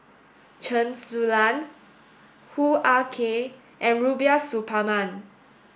Chen Su Lan Hoo Ah Kay and Rubiah Suparman